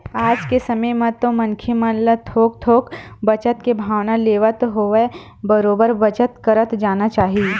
आज के समे म तो मनखे मन ल थोक थोक बचत के भावना लेवत होवय बरोबर बचत करत जाना चाही